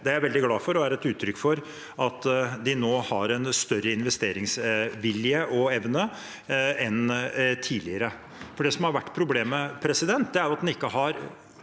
Det er jeg veldig glad for. Det er et uttrykk for at de nå har en større investeringsvilje og evne enn tidligere. Det som har vært problemet, er at en ikke tidlig